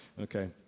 Okay